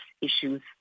issues